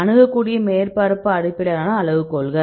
அணுகக்கூடிய மேற்பரப்பு அடிப்படையிலான அளவுகோல்கள்